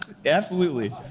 absolutely.